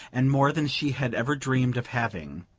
and more than she had ever dreamed of having